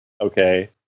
okay